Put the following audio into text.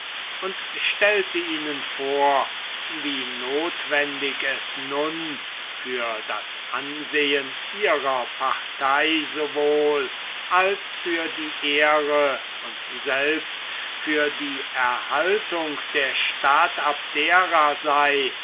und stellte ihnen vor wie notwendig es nun für das ansehen ihrer partei so wohl als für die ehre und selbst für die erhaltung der stadt abdera sei